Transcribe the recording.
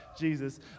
Jesus